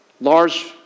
Large